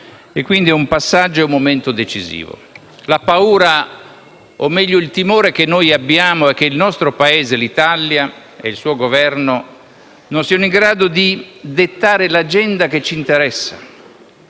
questo è un passaggio ed un momento decisivo. La paura, o quanto meno il timore che noi abbiamo è che l'Italia e il suo Governo non siano in grado di dettare l'agenda che ci interessa;